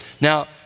Now